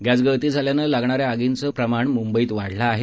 gas गळती झाल्यानं लागणाऱ्या आगींचं प्रमाण मुंबईत वाढलं आहे